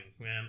man